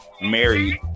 married